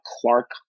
Clark